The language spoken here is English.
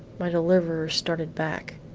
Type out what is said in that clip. my deliverers started back.